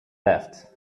left